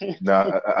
No